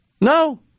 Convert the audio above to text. no